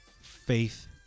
faith